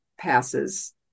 passes